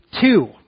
Two